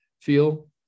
feel